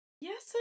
Yes